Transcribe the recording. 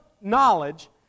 knowledge